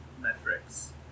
metrics